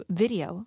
video